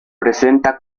presenta